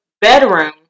Bedroom